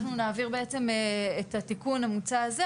אנחנו נעביר בעצם את התיקון המוצע הזה